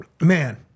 Man